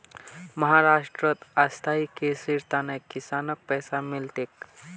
महाराष्ट्रत स्थायी कृषिर त न किसानक पैसा मिल तेक